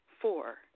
Four